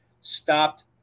stopped